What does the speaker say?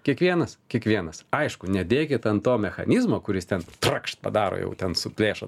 kiekvienas kiekvienas aišku nedėkit ant to mechanizmo kuris ten trakšt padaro jau ten suplėšo